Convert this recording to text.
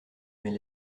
mais